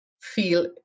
feel